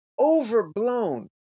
Overblown